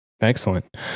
Excellent